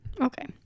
Okay